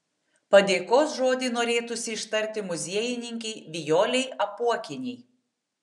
padėkos žodį norėtųsi ištarti muziejininkei vijolei apuokienei